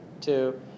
two